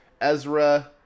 Ezra